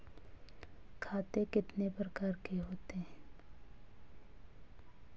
खाते कितने प्रकार के होते हैं?